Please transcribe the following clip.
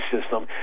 system